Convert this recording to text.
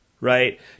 right